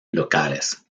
locales